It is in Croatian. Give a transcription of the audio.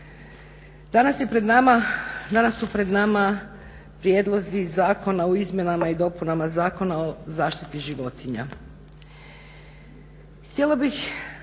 odabranici. Pred nama je Prijedlog zakona o izmjenama i dopunama Zakona o zaštiti životinja, s Konačnim